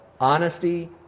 honesty